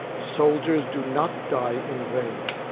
soldiers do not die in vain.